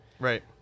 Right